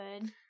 good